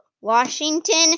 Washington